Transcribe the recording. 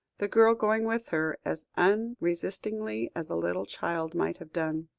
the girl going with her, as unresistingly as a little child might have done.